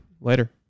Later